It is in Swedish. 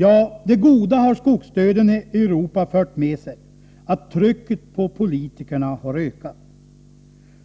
Ja, det goda har skogsdöden i Europa fört med sig att trycket på politikerna har ökat.